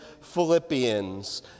Philippians